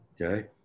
Okay